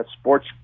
sports